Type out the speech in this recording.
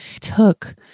took